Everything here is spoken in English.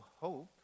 hope